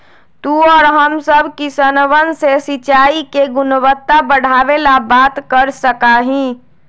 तू और हम सब किसनवन से सिंचाई के गुणवत्ता बढ़ावे ला बात कर सका ही